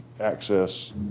access